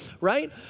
right